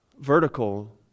vertical